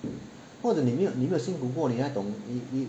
或者你没有你没有辛苦过你哪里懂